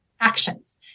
actions